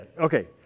Okay